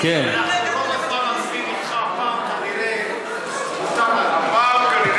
איציק, איציק, הפעם כנראה, דרך אגב, אתם יודעים,